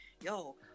yo